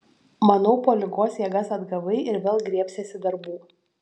manau po ligos jėgas atgavai ir vėl griebsiesi darbų